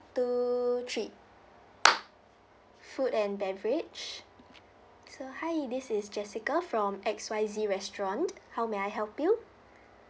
two three food and beverage so hi this is jessica from X Y Z restaurant how may I help you